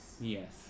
Yes